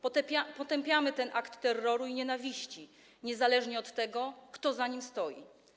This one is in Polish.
Potępiamy ten akt terroru i nienawiści, niezależnie od tego, kto za nim stoi.